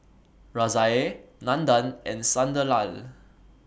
Razia Nandan and Sunderlal